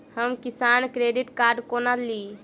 हम किसान credit card कोना ली?